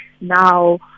Now